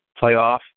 playoff